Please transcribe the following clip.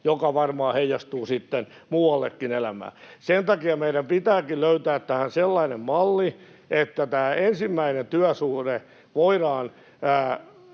joka varmaan heijastuu sitten muuallekin elämään. Sen takia meidän pitääkin löytää tähän sellainen malli, että ensimmäinen työsuhde voi